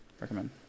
Recommend